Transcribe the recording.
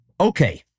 Okay